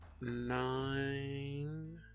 nine